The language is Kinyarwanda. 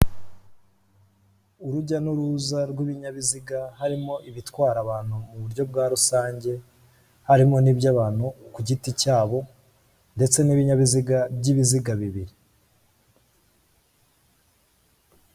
Urujya n'uruza rw'ibinyabiziga, harimo ibitwara abantu mu buryo bwa rusange, harimo n'iby'abantu ku giti cyabo, ndetse n'ibinyabiziga by'ibiziga bibiri.